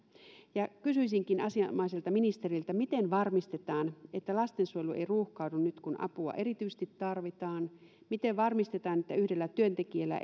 kysyisinkin asianomaiselta ministeriltä miten varmistetaan että lastensuojelu ei ruuhkaudu nyt kun apua erityisesti tarvitaan miten varmistetaan että yhdellä työntekijällä